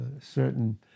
certain